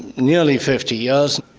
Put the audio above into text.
nearly fifty years.